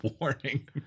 Warning